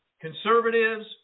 conservatives